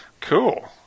Cool